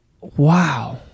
Wow